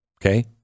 Okay